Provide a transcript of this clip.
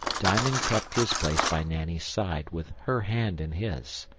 diamond kept his place by nanny's side, with her hand in his.